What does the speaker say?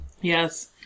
Yes